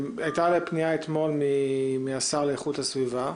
פנה אלי אתמול השר לאיכות הסביבה.